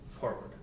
forward